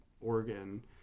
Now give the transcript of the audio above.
Oregon